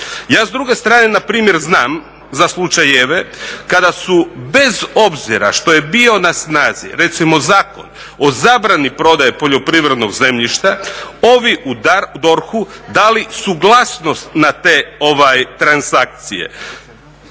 Ja s druge strane npr. znam za slučaj EVA-e kada su bez obzira što je bio na snazi recimo Zakon o zabrani prodaje poljoprivrednog zemljišta ovi u DORH-u dali suglasnost na te transakcije.